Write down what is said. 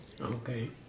Okay